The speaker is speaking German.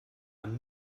ein